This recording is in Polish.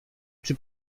czy